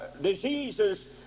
diseases